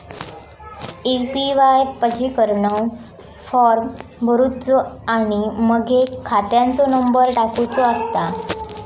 APY पंजीकरण form भरुचो आणि मगे खात्याचो नंबर टाकुचो असता